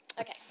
Okay